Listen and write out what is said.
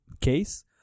case